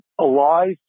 alive